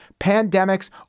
Pandemics